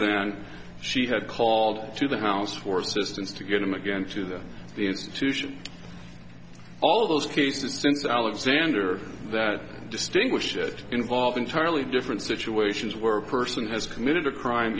than she had called to the house for assistance to get him again to the institution all of those cases since alexander that distinguish it involve entirely different situations where a person has committed a crime